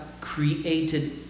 created